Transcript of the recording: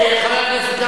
חבר הכנסת גפני,